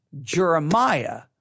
Jeremiah